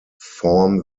form